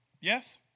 Yes